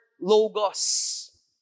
logos